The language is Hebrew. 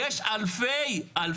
בתוך לוד יש אלפי ערבים.